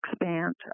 expand